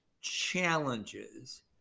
challenges